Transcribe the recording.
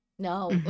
No